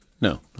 No